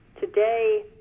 today